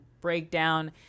breakdown